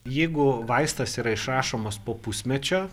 jeigu vaistas yra išrašomas po pusmečio